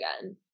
again